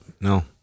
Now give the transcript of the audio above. No